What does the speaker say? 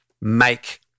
make